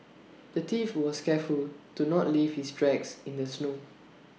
the thief was careful to not leave his tracks in the snow